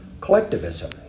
collectivism